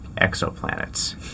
Exoplanets